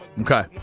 Okay